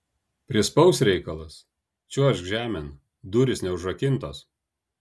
prispaus reikalas čiuožk žemėn durys neužrakintos